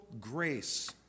grace